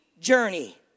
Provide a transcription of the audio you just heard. journey